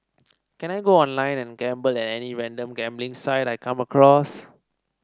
can I go online and gamble at any random gambling site I come across